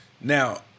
now